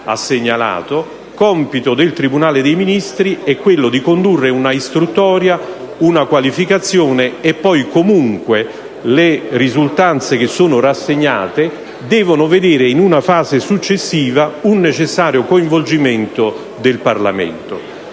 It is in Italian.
che compito del tribunale dei Ministri è condurre un istruttoria, una qualificazione e poi, comunque, le risultanze rassegnate devono vedere in una fase successiva un necessario coinvolgimento del Parlamento.